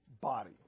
body